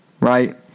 right